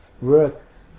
words